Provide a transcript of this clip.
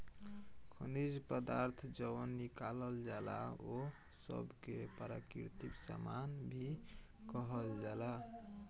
खनिज पदार्थ जवन निकालल जाला ओह सब के प्राकृतिक सामान भी कहल जाला